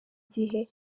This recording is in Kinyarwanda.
gihe